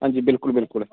अंजी बिलकुल बिलकुल